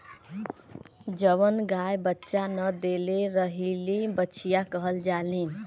जवन गाय बच्चा न देले रहेली बछिया कहल जाली